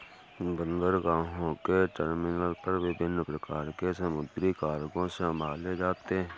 बंदरगाहों के टर्मिनल पर विभिन्न प्रकार के समुद्री कार्गो संभाले जाते हैं